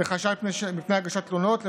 לחשש לפני הגשת תלונות,